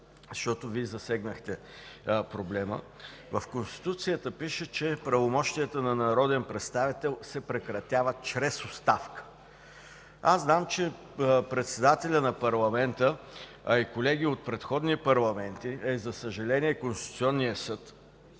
защото Вие засегнахте проблема. В Конституцията пише, че правомощията на народен представител се прекратяват чрез оставка. Зная, че председателят на парламента, а и колеги от предходни парламенти, а за съжаление и Конституционният съд